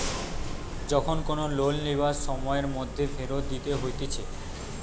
যখন কোনো লোন লিবার সময়ের মধ্যে ফেরত দিতে হতিছে